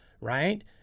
Right